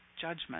judgment